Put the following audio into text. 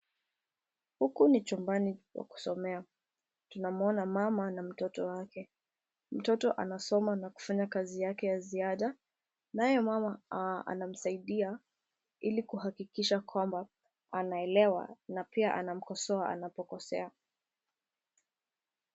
Huku ni chumbani wa kusomea. Tunamwona mama na mtoto wake. Mtoto anasoma na kufanya kazi yake ya ziada naye mama anamsaidia ili kuhakikisha kwamba anaelewa na pia anamkosoa anapokosea.